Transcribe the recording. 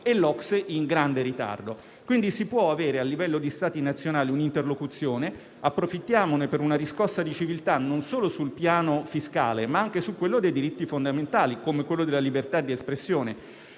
(OCSE) in grande ritardo. Si può avere perciò a livello di Stati nazionali un'interlocuzione; approfittiamone per una riscossa di civiltà non solo sul piano fiscale, ma anche su quello dei diritti fondamentali, come quello della libertà di espressione.